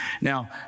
Now